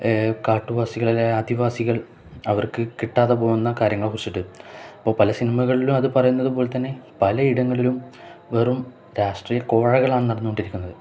കാട്ടുവാസികൾ അല്ല ആദിവാസികൾ അവർക്കു കിട്ടാതെ പോകുന്ന കാര്യങ്ങളെക്കുറിച്ചിട്ട് അപ്പോള് പല സിനിമകളിലും അതു പറയുന്നതു പോലെ തന്നെ പലയിടങ്ങളിലും വെറും രാഷ്ട്രീയ കോഴകളാണു നടന്നുകൊണ്ടിരിക്കുന്നത്